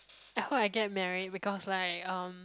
I hope I get married because like um